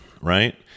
Right